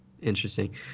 interesting